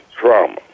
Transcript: trauma